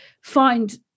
find